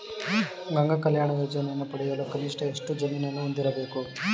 ಗಂಗಾ ಕಲ್ಯಾಣ ಯೋಜನೆಯನ್ನು ಪಡೆಯಲು ಕನಿಷ್ಠ ಎಷ್ಟು ಜಮೀನನ್ನು ಹೊಂದಿರಬೇಕು?